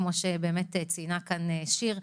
כפי שציינה כאן שיר כהן.